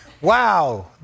Wow